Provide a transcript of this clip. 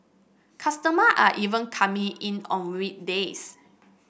customer are even coming in on weekdays